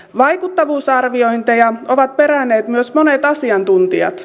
vaikuttavuusarviointeja ovat peränneet myös monet asiantuntijat